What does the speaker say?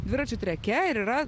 dviračių treke ir yra